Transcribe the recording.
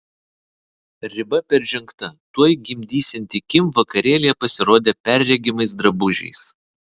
riba peržengta tuoj gimdysianti kim vakarėlyje pasirodė perregimais drabužiais